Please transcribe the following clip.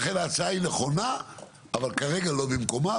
ולכן ההצעה היא נכונה, אבל כרגע לא במקומה.